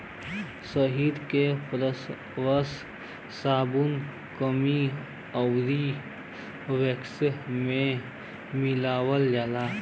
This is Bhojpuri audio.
शहद के फेसवाश, साबुन, क्रीम आउर वैक्स में मिलावल जाला